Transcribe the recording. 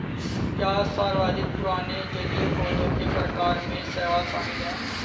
क्या सर्वाधिक पुराने जलीय पौधों के प्रकार में शैवाल शामिल है?